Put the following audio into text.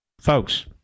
Folks